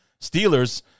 Steelers